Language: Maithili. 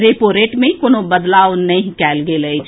रेपो रेट मे कोनो बदलाव नहि कएल गेल अछि